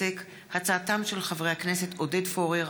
בהצעתם של חברי הכנסת עודד פורר,